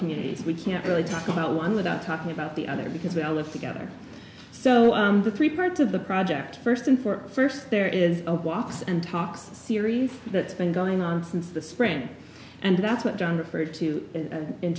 communities we can't really talk about one without talking about the other because they all live together so the three parts of the project first and for first there is a walks and talks series that's been going on since the spring and that's what john referred to